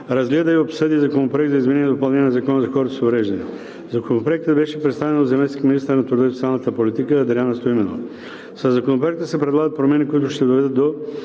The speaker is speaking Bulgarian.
разгледа и обсъди Законопроекта за изменение и допълнение на Закона за хората с увреждания. Законопроектът беше представен от заместник-министъра на труда и социалната политика Адриана Стоименова. Със Законопроекта се предлагат промени, които ще доведат до: